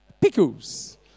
Pickles